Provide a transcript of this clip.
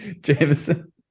Jameson